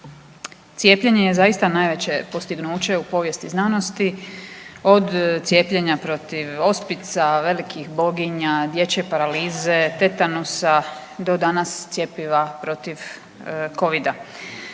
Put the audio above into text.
Cijepljenje je zaista najveće postignuće u povijesti znanosti od cijepljenja protiv ospica, velikih boginja, dječje paralize, tetanusa do danas cjepiva protiv Covida.